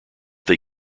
they